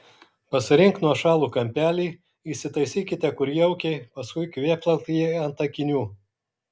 pasirink nuošalų kampelį įsitaisykite kur jaukiai paskui kvėptelk jai ant akinių